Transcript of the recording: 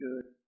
good